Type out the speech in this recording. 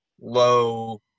low